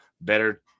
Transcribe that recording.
better